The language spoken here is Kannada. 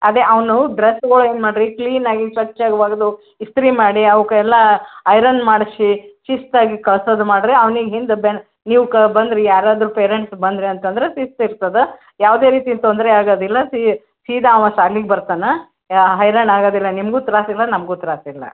ಅದೇ ಅವನು ಡ್ರಸ್ಗುಳು ಏನು ಮಾಡಿರಿ ಕ್ಲಿನ್ ಆಗಿ ಸ್ವಚ್ವಾಗಿ ಒಗೆದು ಇಸ್ತ್ರಿ ಮಾಡಿ ಅವಕ್ಕೆಲ್ಲ ಐರನ್ ಮಾಡಿಸಿ ಶಿಸ್ತಾಗಿ ಕಳ್ಸದು ಮಾಡಿರಿ ಅವ್ನಿಗೆ ಹಿಂದೆ ಬೆನ್ನು ನೀವ ಬಂದು ರೀ ಯಾರಾದರು ಪೇರೆಂಟ್ಸ್ ಬಂದರಿ ಅಂತಂದ್ರೆ ಶಿಸ್ತು ಇರ್ತದೆ ಯಾವುದೇ ರೀತಿ ತೊಂದರೆ ಆಗೋದಿಲ್ಲ ಸೀದಾ ಅವ ಸಾಲಿಗೆ ಬರ್ತಾನೆ ಯಾ ಹೈರಾಣು ಆಗೋದಿಲ್ಲ ನಿಮ್ಗೆ ತ್ರಾಸ ಇಲ್ಲ ನಮಗು ತ್ರಾಸ ಇಲ್ಲ